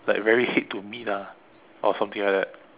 like very hate to meet lah or something like that